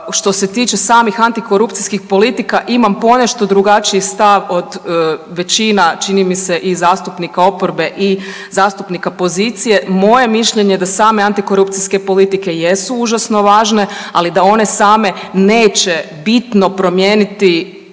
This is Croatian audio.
što se tiče samih antikorupcijskih politika, imam ponešto drugačiji stav od većina, čini mi se, i zastupnika oporbe i zastupnika pozicije. Moje mišljenje da same antikorupcijske politike jesu užasno važne, ali da one same neće bitno promijeniti